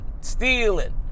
stealing